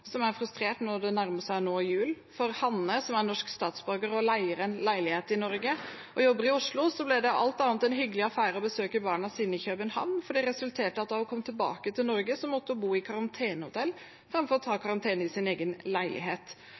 som er frustrert når det nå nærmer seg jul. For Hanne, som er norsk statsborger, leier en leilighet i Norge og jobber i Oslo, ble det alt annet enn en hyggelig affære å besøke barna sine i København, for det resulterte i at da hun kom tilbake til Norge, måtte hun bo på karantenehotell framfor å gjennomføre karantenen i sin egen leilighet.